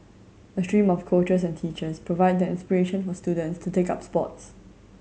a stream of coaches and teachers provide the inspiration for students to take up sports